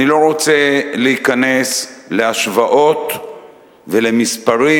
אני לא רוצה להיכנס להשוואות ולמספרים,